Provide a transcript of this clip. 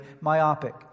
myopic